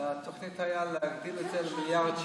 התוכנית הייתה להגדיל את זה למיליארד שקל.